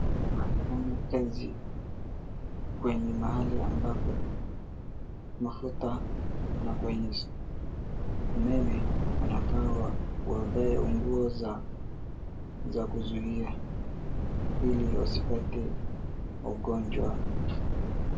Wafanya kazi kwenye mahali ambapo mafuta na kwenye umeme wanafaa wavae nguo za kuzuia ili wasipate magonjwa.